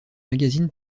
magazine